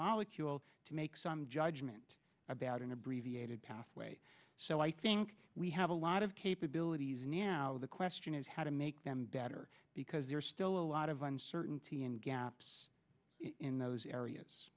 molecule to make some judgment about an abbreviated pathway so i think we have a lot of capabilities now the question is how to make them better because they're still a lot of uncertainty and gaps in those areas